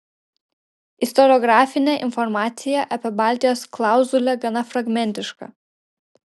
istoriografinė informacija apie baltijos klauzulę gana fragmentiška